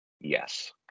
Yes